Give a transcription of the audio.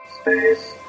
Space